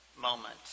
moment